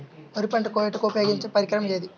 వరి పంట కోయుటకు ఉపయోగించే పరికరం ఏది?